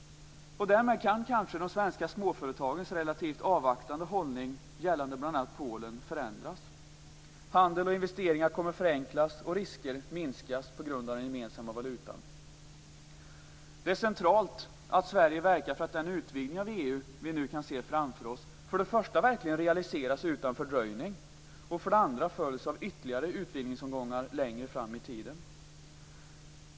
Därmed kan kanske de svenska småföretagens relativt avvaktande hållning gällande bl.a. Polen förändras. Handel och investeringar kommer att förenklas och risker minskas på grund av den gemensamma valutan. Det är centralt att Sverige verkar för att den utvidgning av EU vi nu kan se framför oss för det första verkligen realiseras utan fördröjning, för det andra följs av ytterligare utvidgningsomgångar längre fram i tiden.